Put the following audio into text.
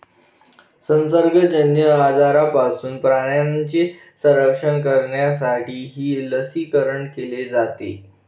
संसर्गजन्य आजारांपासून प्राण्यांचे संरक्षण करण्यासाठीही लसीकरण केले जाते